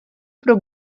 pro